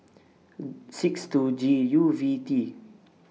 six two G U V T